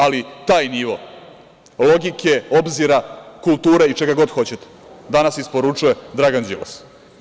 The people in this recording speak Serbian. Ali taj nivo logike, obzira, kulture i čega god hoćete, danas isporučuje Dragan Đilas.